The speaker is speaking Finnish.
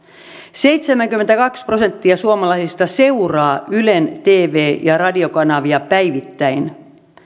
seitsemänkymmentäkaksi prosenttia suomalaisista seuraa ylen tv ja radiokanavia päivittäin